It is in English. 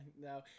no